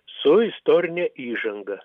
su istorine įžanga